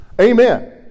Amen